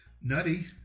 nutty